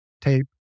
tape